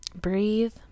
breathe